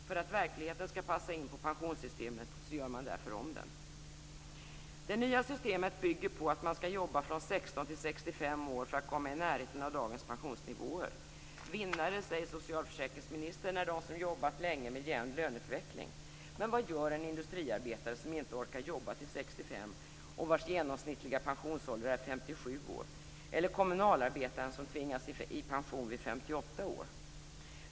För att verkligheten skall passa in på pensionssystemet gör man därför om den. Det nya systemet bygger på att man skall jobba från 16 till 65 års ålder för att komma i närheten av dagens pensionsnivåer. Vinnare, säger socialförsäkringsministern, är de som jobbat länge med jämn löneutveckling. Men vad gör en industriarbetare som inte orkar jobba till 65 års ålder och vars genomsnittliga pensionsålder är 57 år, eller kommunalarbetaren som tvingas i pension vid 58 års ålder?